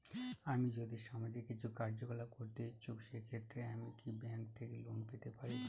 আমি যদি সামাজিক কিছু কার্যকলাপ করতে ইচ্ছুক সেক্ষেত্রে আমি কি ব্যাংক থেকে লোন পেতে পারি?